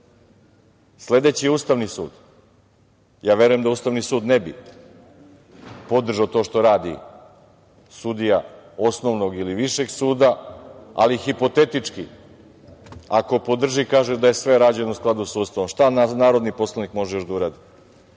Sledeći je Ustavni sud. Verujem da Ustavni sud ne bi podržao to što radi sudija osnovnog ili višeg suda, ali hipotetički ako podrži, kaže da je sve rađeno u skladu sa Ustavom. Šta narodni poslanik još može da uradi?